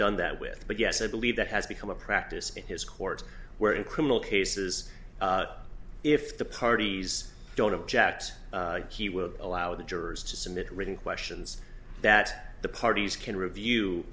done that with but yes i believe that has become a practice in his court where in criminal cases if the parties don't object he would allow the jurors to submit written questions that the parties can review